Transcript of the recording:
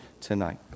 tonight